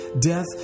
death